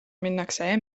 minnakse